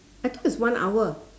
I thought it's one hour